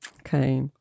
Okay